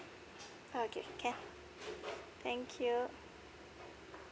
okay can thank you